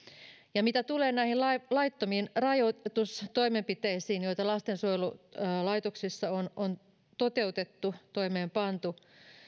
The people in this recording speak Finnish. ja mitä tulee näihin laittomiin rajoitustoimenpiteisiin joita lastensuojelulaitoksissa on on toteutettu toimeenpantu